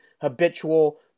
habitual